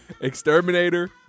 Exterminator